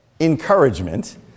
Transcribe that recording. encouragement